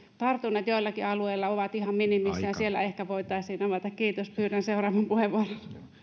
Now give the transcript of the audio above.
tartunnat joillakin alueilla ovat ihan minimissä ja siellä ehkä voitaisiin avata kiitos pyydän seuraavan puheenvuoron